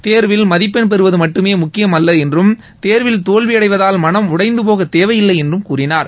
தேர்வில் மதிப்பென் பெறுவது மட்டுமே முக்கியம் அல்ல என்றும் தேர்வில் தோல்வியடைவதால் மனம் உடைந்துபோக தேவையில்லை என்றும் கூறினார்